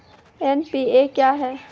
NPA क्या हैं?